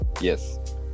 yes